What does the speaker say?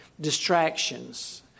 distractions